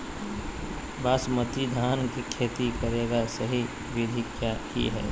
बासमती धान के खेती करेगा सही विधि की हय?